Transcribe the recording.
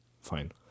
fine